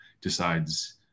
decides